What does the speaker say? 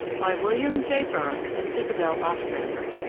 by william john burns and isabel ostrander,